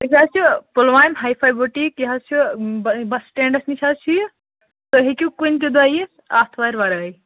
أسۍ حظ چھِ چھِ پُلوامہِ ہاے فاے بیٛوٗٹیک یہِ حظ چھُ بَس سِٹینٛڈس نِش حظ چھُ یہِ تُہۍ ہیٚکِو کُنہِ تہِ دۅہ یِتھ آتھوارٕ ؤرٲے